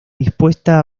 dispuesta